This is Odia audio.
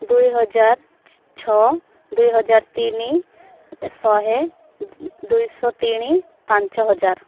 ଦୁଇହଜାର ଛଅ ଦୁଇ ହଜାର ତିନି ଶହେ ଦୁଇଶହ ତିନି ପାଞ୍ଚ ହଜାର